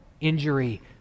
injury